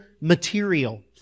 material